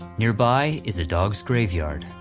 nearby is a dog's graveyard,